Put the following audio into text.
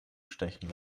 stechen